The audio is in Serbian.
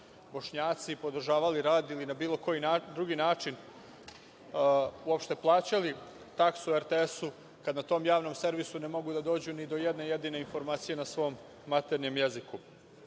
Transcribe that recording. Bošnjaci podržavali rad ili na bilo koji drugi način uopšte plaćali taksu RTS-u, kad na tom javnom servisu ne mogu da dođu ni do jedne jedine informacije na svom maternjem jeziku.S